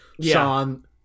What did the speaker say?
Sean